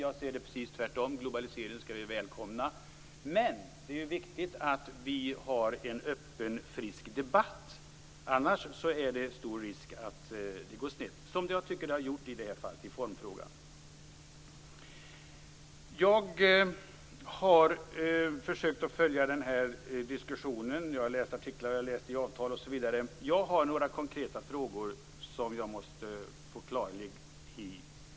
Jag ser det precis tvärtom: globaliseringen skall vi välkomna. Men det är viktigt att vi har en öppen och frisk debatt. Annars är det stor risk att det går snett, som jag tycker att det har gjort i formfrågan i det här fallet. Jag har försökt följa den här diskussionen - jag har läst artiklar, avtal, osv. Jag har några konkreta frågor som jag måste få klarhet i.